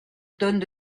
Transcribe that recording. tonnes